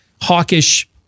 hawkish